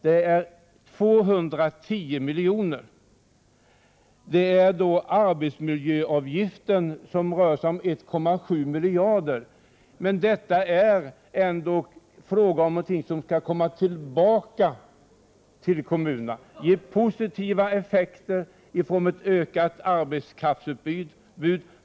Det är arbetsmiljöavgiften som rör sig om 1,7 miljarder. Men detta är ändock fråga om något som skall komma tillbaka till kommunerna och ge positiva effekter i form av ett ökat arbetskraftsutbud.